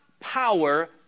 power